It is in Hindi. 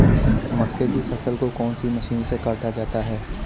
मक्के की फसल को कौन सी मशीन से काटा जाता है?